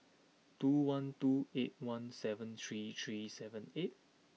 two one two eight one seven three three seven eight